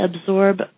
absorb